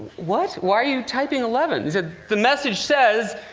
what? why are you typing eleven? he said, the message says,